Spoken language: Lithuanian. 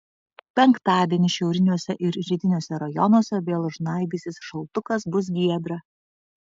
penktadienį šiauriniuose ir rytiniuose rajonuose vėl žnaibysis šaltukas bus giedra